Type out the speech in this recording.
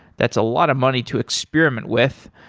that's a lot of money to experiment with.